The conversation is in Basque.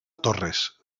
torres